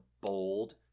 bold